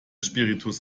spiritus